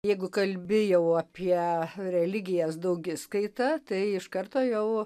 jeigu kalbi jau apie religijas daugiskaita tai iš karto jau